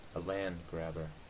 a land-grabber,